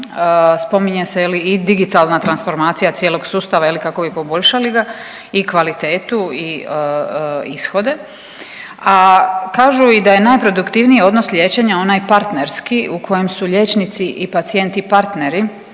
spominje se je li i digitalna transformacija cijelog sustava je li kako bi poboljšali ga. I kvalitetu i ishode, a kažu i da je najproduktivniji odnos liječenja onaj partnerski u kojem su liječnici i pacijenti partneri.